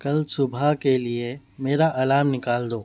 کل صبح کے لیے میرا الارم نکال دو